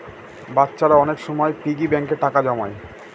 বাচ্চারা অনেক সময় পিগি ব্যাঙ্কে টাকা জমায়